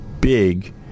big